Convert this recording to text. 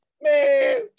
man